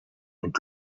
und